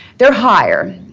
they're higher.